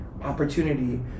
opportunity